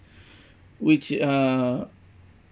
which uh